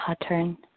pattern